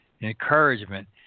encouragement